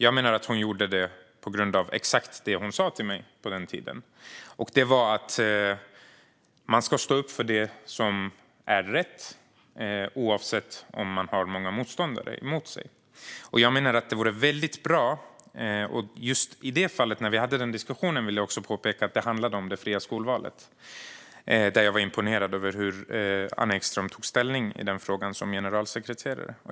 Jag menar att hon gjorde det på grund av det hon sa till mig på den tiden: att man ska stå upp för det som är rätt, oavsett om man har många motståndare. Den diskussionen handlade också om det fria skolvalet. Jag blev imponerad av den ställning Anna Ekström tog i den frågan som generalsekreterare.